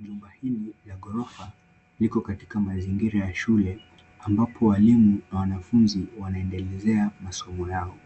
Jengo hili la liko katika mazingira ya shule, ambapo walimu na wanafunzi wanaendelezea masomo yao.